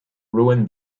ruin